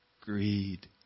greed